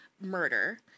murder